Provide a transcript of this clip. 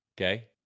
Okay